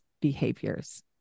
behaviors